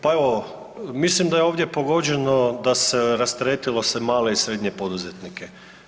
Pa evo, mislim da je ovdje pogođeno da se rasteretilo se male i srednje poduzetnike.